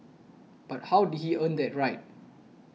but how did he earn that right